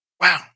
wow